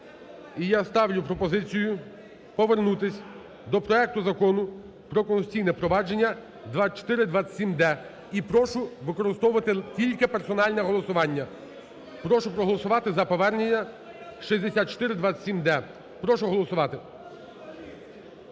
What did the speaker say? І я ставлю пропозицію повернутися до проекту Закону про Конституційне провадження (6427-д). І прошу використовувати тільки персональне голосування. Прошу проголосувати за повернення 6427-д. Прошу голосувати.